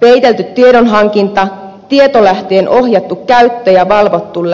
peitelty tiedonhankinta tietolähteen ohjattu käyttö ja valvottu läpilasku